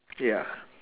ya